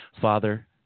Father